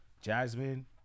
jasmine